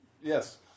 Yes